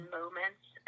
moments